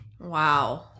Wow